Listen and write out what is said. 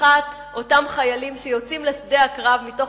בשמחת אותם חיילים שיוצאים לשדה הקרב מתוך